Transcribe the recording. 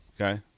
Okay